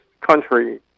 country